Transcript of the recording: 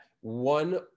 one